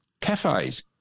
Cafes